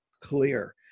clear